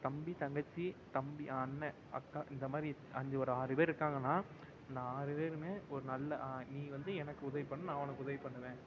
தம்பி தங்கச்சி தம்பி அண்ணன் அக்கா இந்த மாதிரி அஞ்சு ஒரு ஆறு பேர் இருக்காங்கன்னால் இந்த ஆறு பேருமே ஒரு நல்ல நீ வந்து எனக்கு உதவிப் பண்ணு நான் உனக்கு உதவிப் பண்ணுவேன்